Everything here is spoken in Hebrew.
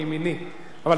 אבל אתה תמיד לימיני.